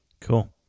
Cool